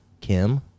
Kim